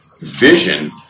Vision